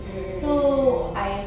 mm mm mm mm mm